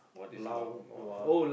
lao nua